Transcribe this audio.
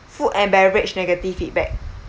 food and beverage negative feedback